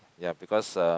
ya because uh